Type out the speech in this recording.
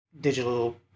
digital